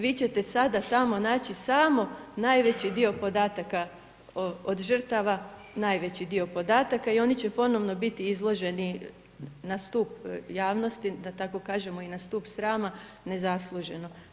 Vi ćete sada tamo naći samo najveći dio podataka od žrtava, najveći dio podataka i oni će ponovno biti izloženi na stup javnosti, da tako kažem i na stup srama, nezasluženo.